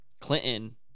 Clinton